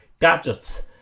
gadgets